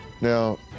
Now